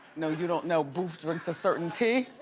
no, you don't know, boof drinks a certain tea.